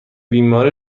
بیماری